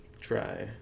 try